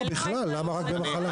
לא, בכלל, למה רק במחלה?